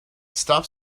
stop